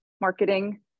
marketing